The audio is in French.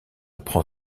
prend